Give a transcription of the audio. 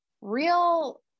real